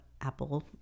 Apple